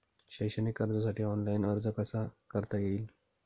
शैक्षणिक कर्जासाठी ऑनलाईन अर्ज कसा करता येईल?